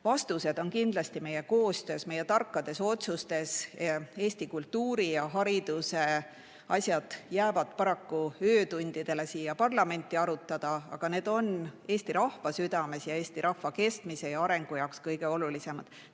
lahendused on kindlasti meie koostöös, meie tarkades otsustes. Eesti kultuuri ja hariduse asjad on paraku jäänud öötundidele siin parlamendis arutada, aga need on Eesti rahva südames ning Eesti rahva kestmise ja arengu seisukohalt kõige olulisemad.